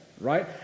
right